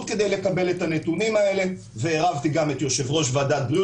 כדי לקבל את הנתונים האלה ועירבתי גם את יושב ראש ועדת הבריאות